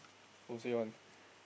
who say one